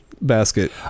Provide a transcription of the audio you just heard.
basket